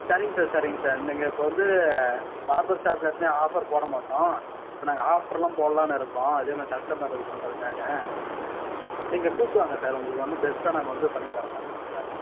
சரிங்க சார் சரிங்க சார் நீங்கள் இப்போது வந்து பார்பர் ஷாப்பில் எப்போயுமே ஆஃபர் போடமாட்டோம் இப்போது நாங்கள் ஆஃபர்லாம் போடலான்னு இருக்கோம் இதேமாதிரி கஸ்டமர் இது பண்றதுக்காக நீங்கள் கூப்பிட்டு வாங்க சார் உங்களுக்கு வந்து பெஸ்ட்டாக நாங்கள் வந்து பண்ணித் தரோம் நான் உங்களுக்கு எல்லாமே